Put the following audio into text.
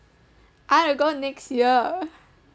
I'd go next year